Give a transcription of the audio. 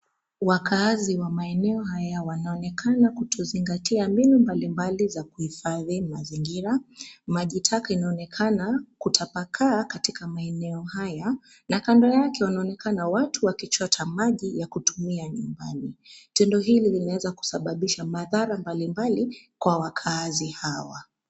Wakaazi wa maeneo haya wanaonekana kutozingatia mbinu mbalimbali za kuhifadhi mazingira, maji taka inaonekana, kutapakaa katika maeneo haya, na kando yake wanaonekana watu wakichota maji ya kutumia nyumbani, tendo hili linaweza kusababisha madhara mbalimbali, kwa wakaazi hawa.